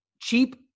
cheap